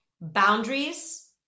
boundaries